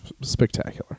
spectacular